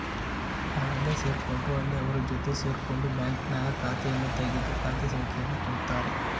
ನಾವೆಲ್ಲೇ ಸೇರ್ಕೊಂಡ್ರು ಅಲ್ಲಿ ಅವರ ಜೊತೆ ಸೇರ್ಕೊಂಡು ಬ್ಯಾಂಕ್ನಾಗ ಖಾತೆಯನ್ನು ತೆಗೆದು ಖಾತೆ ಸಂಖ್ಯೆಯನ್ನು ಕೊಡುತ್ತಾರೆ